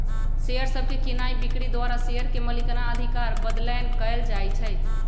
share सभके कीनाइ बिक्री द्वारा शेयर के मलिकना अधिकार बदलैंन कएल जाइ छइ